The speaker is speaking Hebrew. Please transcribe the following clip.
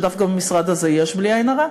ודווקא במשרד הזה יש בלי עין הרע,